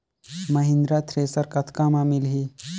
Mahindra thresher कतका म मिलही?